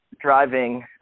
driving